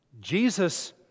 Jesus